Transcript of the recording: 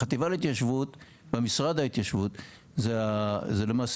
החטיבה להתיישבות והמשרד להתיישבות זה למעשה